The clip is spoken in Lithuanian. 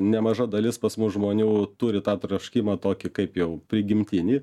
nemaža dalis pas mus žmonių turi tą troškimą tokį kaip jau prigimtinį